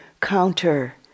counter